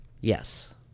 Yes